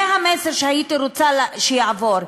זה המסר שהייתי רוצה שיעבור,